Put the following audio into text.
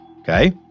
okay